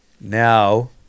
now